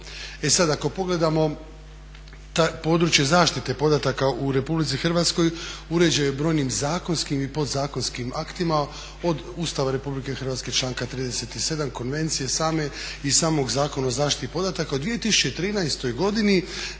E sad, ako pogledamo područje zaštite podataka u RH uređen je brojnim zakonskim i podzakonskim aktima od Ustava RH, članka 37., Konvencije same i samog Zakona o zaštiti podataka. U 2013. godini